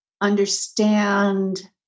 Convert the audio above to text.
understand